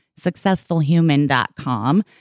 SuccessfulHuman.com